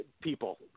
people